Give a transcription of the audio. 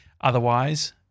Otherwise